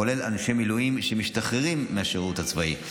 כולל אנשי מילואים שמשתחררים מהשירות הצבאי.